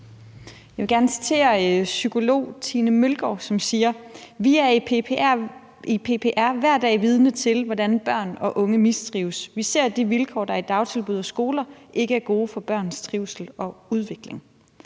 Jeg vil gerne citere psykolog Tine Møllgaard, som siger: »Vi er i PPR hver dag vidne til, hvordan børn og unge mistrives. Vi ser, at de vilkår, der er i dagtilbud og skoler, ikke er gode for børns trivsel og udvikling«.